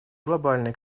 глобальное